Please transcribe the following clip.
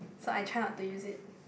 so I try not to use it